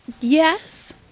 yes